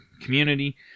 community